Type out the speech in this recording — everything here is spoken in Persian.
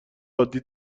عادی